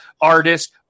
artist